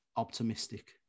Optimistic